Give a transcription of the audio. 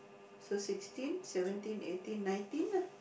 so sixteen seventeen eighteen nineteen ah